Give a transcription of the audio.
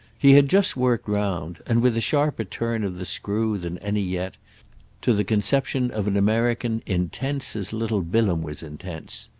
he had just worked round and with a sharper turn of the screw than any yet to the conception of an american intense as little bilham was intense.